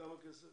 כמה כסף?